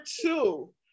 two